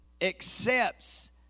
accepts